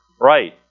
right